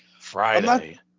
friday